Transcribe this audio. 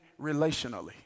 relationally